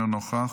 אינו נוכח,